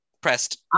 pressed